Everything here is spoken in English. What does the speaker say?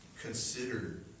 considered